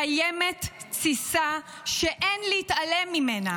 קיימת תסיסה שאין להתעלם ממנה